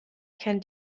kennt